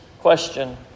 question